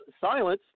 silence